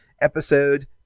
episode